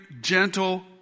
gentle